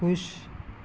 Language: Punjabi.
ਖੁਸ਼